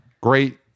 Great